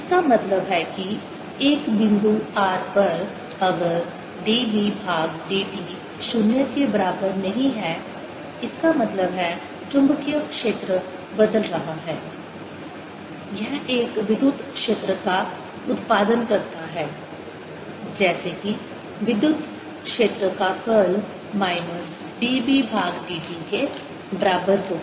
इसका मतलब है कि एक बिंदु r पर अगर dB भाग dt 0 के बराबर नहीं है इसका मतलब है चुंबकीय क्षेत्र बदल रहा है यह एक विद्युत क्षेत्र का उत्पादन करता है जैसे कि विद्युत क्षेत्र का कर्ल माइनस dB भाग dt के बराबर होता है